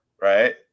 right